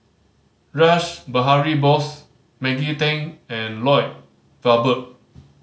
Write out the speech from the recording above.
Rash Behari Bose Maggie Teng and Lloyd Valberg